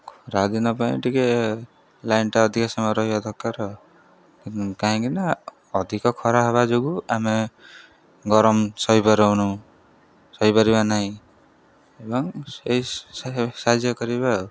ଖରା ଦିନ ପାଇଁ ଟିକେ ଲାଇନ୍ଟା ଅଧିକ ସମୟ ରହିବା ଦରକାର ଆଉ କାହିଁକିନା ଅଧିକ ଖରା ହେବା ଯୋଗୁଁ ଆମେ ଗରମ ସହିପାରୁନୁ ସହିପାରିବା ନାହିଁ ଏବଂ ସେଇ ସାହାଯ୍ୟ କରିବା ଆଉ